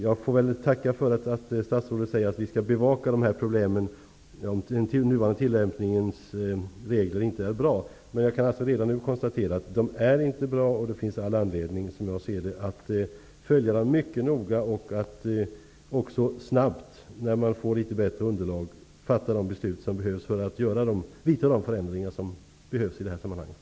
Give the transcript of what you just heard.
Jag får väl tacka för att statsrådet säger att man skall bevaka dessa problem om reglernas nuvarande tillämpning inte är bra. Man jag kan redan nu konstatera att tillämpningen inte är bra. Då finns det som jag ser det anledning att mycket noga följa utvecklingen och, när man får ett bättre underlag, snabbt fatta de beslut som behövs för att vidta de förändringar som blir nödvändiga.